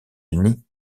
unis